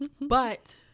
But-